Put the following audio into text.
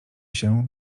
się